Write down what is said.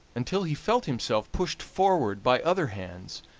until he felt himself pushed forward by other hands,